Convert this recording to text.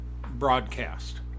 broadcast